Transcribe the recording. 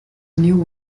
new